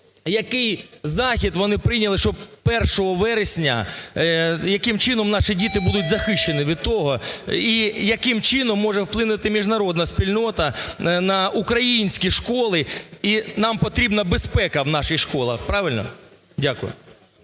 який захід вони прийняли, щоб 1 вересня, яким чином наші діти будуть захищені від того? І яким чином може вплинути міжнародна спільнота на українські школи, і нам потрібна безпека в наших школах. Правильно? Дякую.